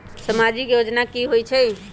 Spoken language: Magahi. समाजिक योजना की होई छई?